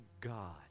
God